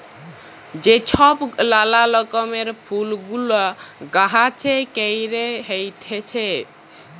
যে ছব লালা রকমের ফুল গুলা গাহাছে ক্যইরে হ্যইতেছে